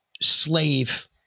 slave